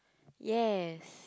yes